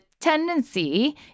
tendency